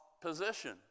position